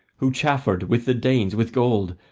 who chaffered with the danes with gold,